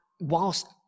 whilst